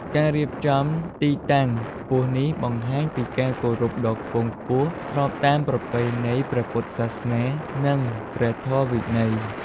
ការរៀបចំទីតាំងខ្ពស់នេះ បង្ហាញពីការគោរពដ៏ខ្ពង់ខ្ពស់ ស្របតាមប្រពៃណីព្រះពុទ្ធសាសនា និងព្រះធម៌វិន័យ។